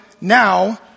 now